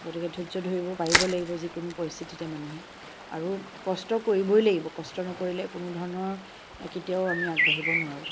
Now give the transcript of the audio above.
গতিকে ধৰ্য্য ধৰিব পাৰিব লাগিব যিকোনো পৰিস্থিতিতে মানুহে আৰু কষ্ট কৰিবই লাগিব কষ্ট নকৰিলে কোনো ধৰণৰ কেতিয়াও আমি আগবাঢ়িব নোৱাৰোঁ